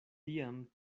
tiam